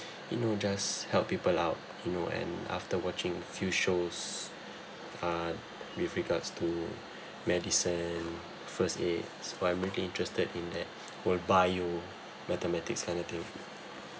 you know just help people out you know and after watching few shows uh with regards to medicine first aids well I'm maybe interested in that well bio mathematics kind of thing